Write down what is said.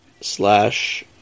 slash